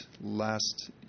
last